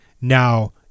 now